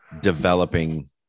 developing